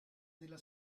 della